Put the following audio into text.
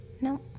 no